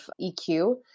EQ